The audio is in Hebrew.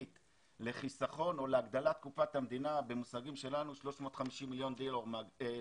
להגדלת קופת המדינה כ-350 מיליון שקל,